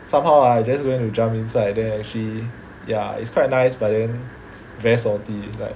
somehow ah I just went to jump inside and then actually ya it's quite nice but then very salty like